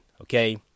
Okay